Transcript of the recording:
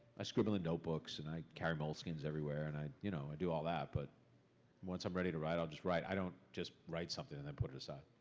i scribble in notebooks, and i carry moleskines everywhere, and i you know i do all that. but once i'm ready to write, i'll just write. i don't just write something and then put it aside.